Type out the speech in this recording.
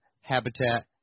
Habitat